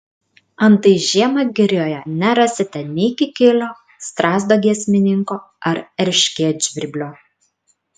antai žiemą girioje nerasite nei kikilio strazdo giesmininko ar erškėtžvirblio